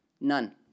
None